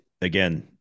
again